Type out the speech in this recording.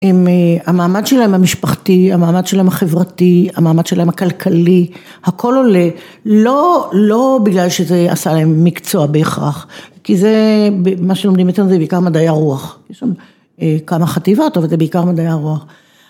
עם המעמד שלהם המשפחתי, המעמד שלהם החברתי, המעמד שלהם הכלכלי, הכל עולה לא בגלל שזה עשה להם מקצוע בהכרח, כי זה מה שלומדים אצלנו זה בעיקר מדעי הרוח, יש שם כמה חטיבת וזה בעיקר מדעי הרוח.